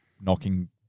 knocking